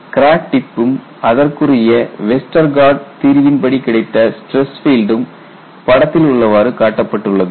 crack டிப்பும் அதற்குரிய Westergaard தீர்வின் படி கிடைத்த ஸ்ட்ரெஸ் பீல்டும் படத்தில் உள்ளவாறு காட்டப்பட்டுள்ளது